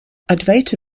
advaita